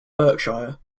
berkshire